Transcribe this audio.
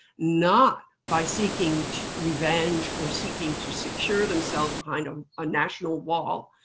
not by seeking revenge or seeking to secure themselves behind um a national wall.